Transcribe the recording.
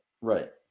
Right